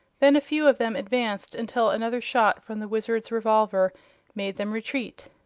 then a few of them advanced until another shot from the wizard's revolver made them retreat.